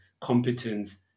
competence